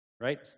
Right